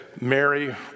Mary